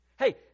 Hey